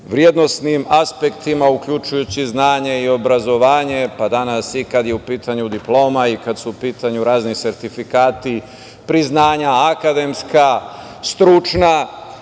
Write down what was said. vrednosnim aspektima, uključujući znanje i obrazovanje, pa danas i kada je u pitanju diploma i kada su u pitanju razni sertifikati, priznanja akademska, stručna,